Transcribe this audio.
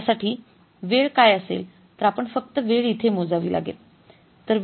त्यासाठी वेळ काय असेल तर आपण फक्त वेळ इथे मोजावी लागेल